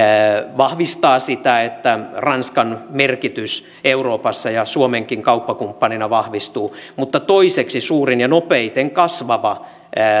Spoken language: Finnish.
vahvistaa sitä että ranskan merkitys euroopassa ja suomenkin kauppakumppanina vahvistuu mutta toiseksi suurin ja nopeiten kasvava